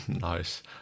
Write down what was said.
Nice